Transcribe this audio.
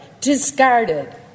discarded